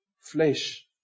flesh